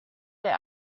der